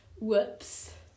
Whoops